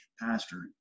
pastor